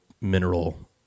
mineral